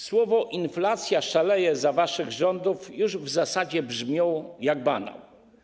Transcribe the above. Słowa „inflacja szaleje za waszych rządów” już w zasadzie brzmią jak banał.